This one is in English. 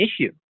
issue